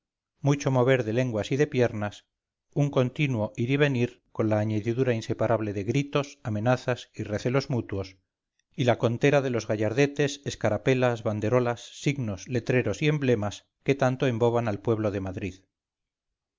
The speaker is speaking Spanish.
mucho mover de lenguas y de piernas un continuo ir y venir con la añadidura inseparable de gritos amenazas y recelos mutuos y la contera de los gallardetes escarapelas banderolas signos letreros y emblemas que tanto emboban al pueblo de madrid